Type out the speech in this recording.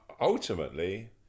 ultimately